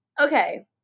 Okay